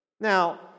Now